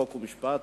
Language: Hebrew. חוק ומשפט,